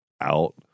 out